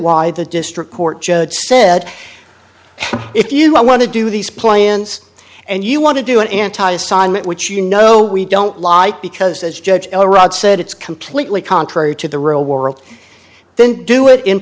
why the district court judge said if you want to do these plans and you want to do an anti assignment which you know we don't lie because as judge said it's completely contrary to the real world then do it in